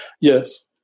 Yes